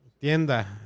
Tienda